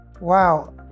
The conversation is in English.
Wow